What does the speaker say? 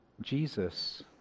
Jesus